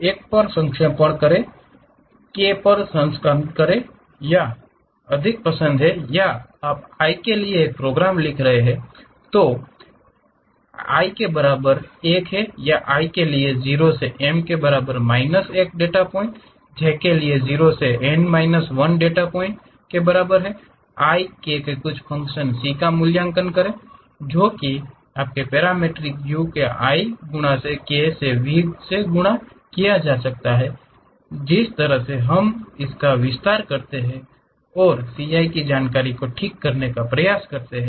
I पर संक्षेपण करे तो k पर सारांशकरे तो यह अधिक पसंद है यदि आप i के लिए एक प्रोग्राम लिख रहे हैं तो I के बराबर 1 है या i के लिए 0 से m के बराबर माइनस 1 डेटा पॉइंट j के लिए 0 से n माइनस 1 डेटा पॉइंट के बराबर है i k के कुछ फ़ंक्शन c का मूल्यांकन करें जो कि आपके पैरामीट्रिक u के i गुणा से k के v से गुणा किया जाता है जिस तरह से हम इसका विस्तार करते हैं और ci की जानकारी को ठीक करने का प्रयास करते हैं